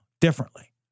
differently